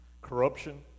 Corruption